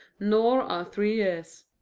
nor are three years.